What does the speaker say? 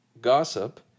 gossip